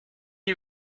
you